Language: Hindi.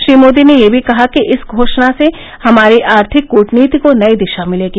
श्री मोदी ने यह भी कहा कि इस घोषणा से हमारी आर्थिक कूटनीति को नई दिशा मिलेगी